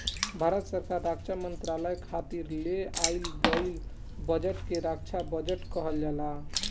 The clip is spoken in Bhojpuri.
भारत सरकार रक्षा मंत्रालय खातिर ले आइल गईल बजट के रक्षा बजट कहल जाला